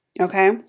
Okay